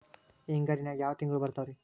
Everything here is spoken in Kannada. ಹಿಂಗಾರಿನ್ಯಾಗ ಯಾವ ತಿಂಗ್ಳು ಬರ್ತಾವ ರಿ?